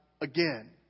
again